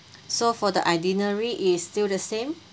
so for the itinerary is still the same